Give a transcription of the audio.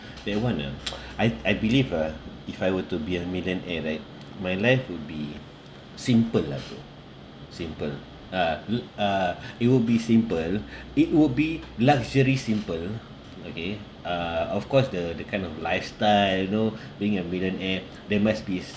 that [one] ah I I believe ah if I were to be a millionaire right my life would be simple lah bro simple uh ugh uh it will be simple it would be luxury simple okay uh of course the the kind of lifestyle you know being a millionaire there must be